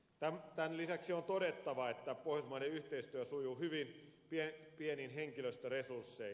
tämän lisäksi on todettava että pohjoismainen yhteistyö sujuu hyvin pienin henkilöstöresurssein